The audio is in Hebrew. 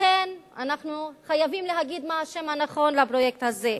לכן אנחנו חייבים להגיד מה השם הנכון לפרויקט הזה,